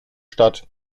statt